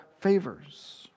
favors